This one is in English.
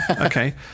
Okay